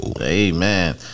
Amen